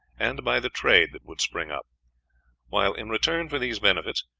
and by the trade that would spring up while, in return for these benefits,